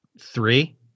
Three